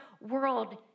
world